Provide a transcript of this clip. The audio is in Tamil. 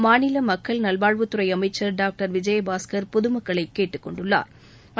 மாநில மக்கள் நல்வாழ்வுத்துறை அமைச்சர் டாக்டர் விஜயபாஸ்கர் மக்களை கேட்டுக் கொண்டுள்ளாா்